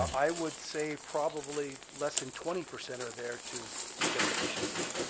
i would say probably less than twenty percent are there to get deficiencies.